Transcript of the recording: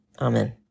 Amen